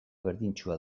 berdintsua